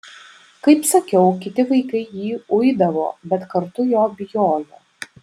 kaip sakiau kiti vaikai jį uidavo bet kartu jo bijojo